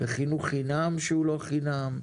וחינוך חינם שהוא לא חינם,